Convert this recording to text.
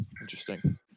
Interesting